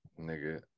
nigga